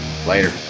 Later